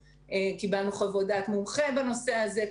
קיבלנו חוות דעת בנושא הזה.